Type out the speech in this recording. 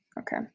Okay